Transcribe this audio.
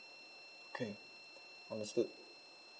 okay understood